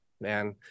man